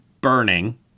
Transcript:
Burning